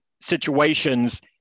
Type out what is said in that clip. situations